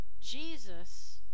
Jesus